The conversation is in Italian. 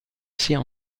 sia